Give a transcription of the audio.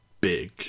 big